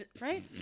right